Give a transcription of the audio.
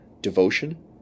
devotion